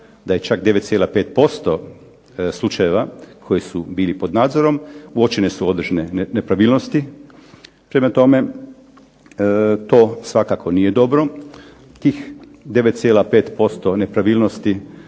da je čak 9,5% slučajeva koji su bili pod nadzorom uočene su određene nepravilnosti. Prema tome, to svakako nije dobro. Tih 9,5% nepravilnosti,